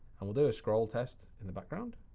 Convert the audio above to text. and we'll do a scroll test in the background.